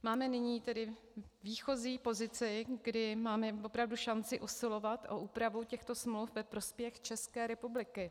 Máme nyní tedy výchozí pozici, kdy máme opravdu šanci usilovat o úpravu těchto smluv ve prospěch České republiky.